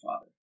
Father